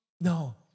no